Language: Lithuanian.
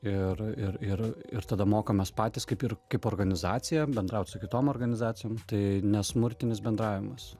ir ir ir ir tada mokamės patys kaip ir kaip organizacija bendraut su kitom organizacijom tai nesmurtinis bendravimas